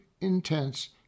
intense